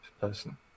person